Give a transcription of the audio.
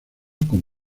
con